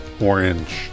orange